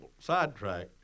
sidetracked